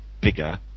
bigger